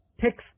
text